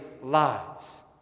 lives